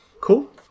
cool